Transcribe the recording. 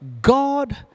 God